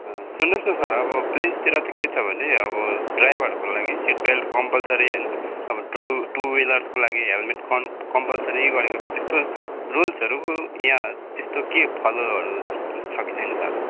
सुन्नुहोस् न सर अब प्लेन्सतिर त के छ भने अब ड्राइभरहरूको लागि सिटबेल्ट कम्पलसरी होइन अब ट्रु टु विलर्सको लागि हेल्मेट कन् कम्पलसरी गरेको छ त्यस्तो रुल्सहरू यहाँ त्यस्तो के फलोहरू छ कि छैन सर